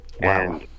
Wow